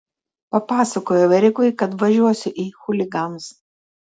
papasakojau erikui kad važiuosiu į chuliganus